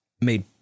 made